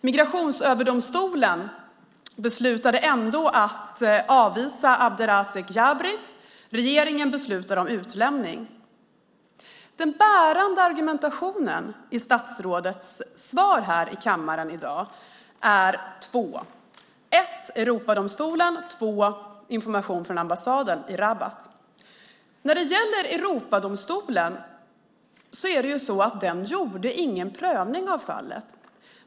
Migrationsöverdomstolen beslutade ändå att avvisa Abdrazzak Jabri. Regeringen beslutade om utlämning. De bärande argumenten i statsrådets svar här i kammaren i dag är två: dels Europadomstolen, dels information från ambassaden i Rabat. Europadomstolen gjorde ingen prövning av fallet.